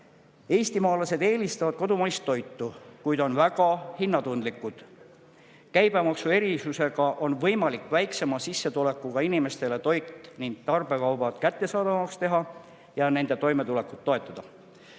Eestimaalased eelistavad kodumaist toitu, kuid on väga hinnatundlikud. Käibemaksuerisusega on võimalik väiksema sissetulekuga inimestele toit ja tarbekaubad kättesaadavamaks teha ning nende toimetulekut toetada.